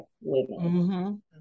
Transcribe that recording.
women